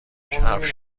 کفش